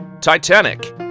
Titanic